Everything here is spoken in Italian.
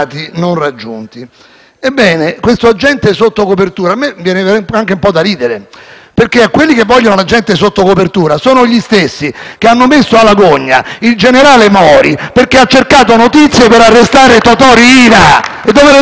a questo agente sotto copertura, a me viene anche un po' da ridere, perché quelli che ora vogliono l'agente sotto copertura sono gli stessi che hanno messo alla gogna il generale Mori perché ha cercato notizie per arrestare Totò Riina! *(Applausi dal